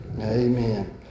Amen